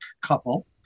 couple